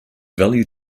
value